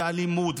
אלימות,